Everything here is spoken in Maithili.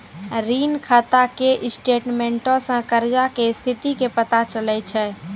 ऋण खाता के स्टेटमेंटो से कर्जा के स्थिति के पता चलै छै